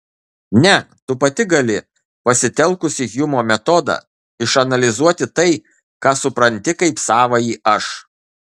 ne tu pati gali pasitelkusi hjumo metodą išanalizuoti tai ką supranti kaip savąjį aš